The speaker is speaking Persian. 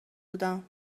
بودم